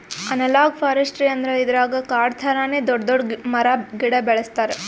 analogue forestry ಅಂದ್ರ ಇದ್ರಾಗ್ ಕಾಡ್ ಥರಾನೇ ದೊಡ್ಡ್ ದೊಡ್ಡ್ ಮರ ಗಿಡ ಬೆಳಸ್ತಾರ್